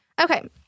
okay